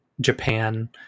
Japan